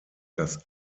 das